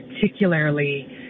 particularly